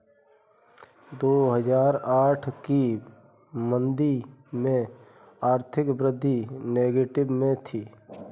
दो हजार आठ की मंदी में आर्थिक वृद्धि नेगेटिव में थी